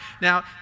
Now